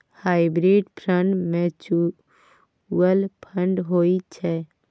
hybrid fund mutual fund होइ छै